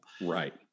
Right